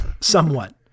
somewhat